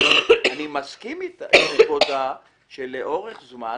אני מסכים שלאורך זמן